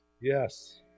Yes